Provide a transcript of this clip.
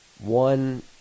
one